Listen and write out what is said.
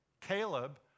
Caleb